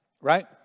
right